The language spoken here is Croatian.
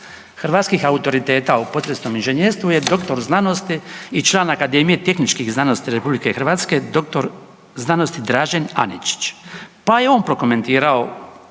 hrvatskih autoriteta o potresnom inženjerstvu je doktor znanosti i član Akademije tehničkih znanosti RH, dr. sc. Dražen Aničić, pa je on prokomentirao